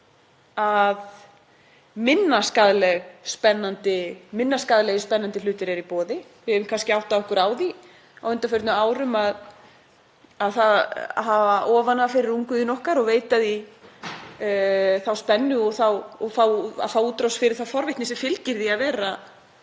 að minna skaðlegir spennandi hlutir eru í boði. Við höfum kannski áttað okkur á því á undanförnum árum að það hafa ofan af fyrir ungviðinu okkar og veita því þá spennu og að fá útrás fyrir þá forvitni sem fylgir því að vera